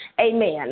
Amen